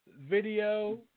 video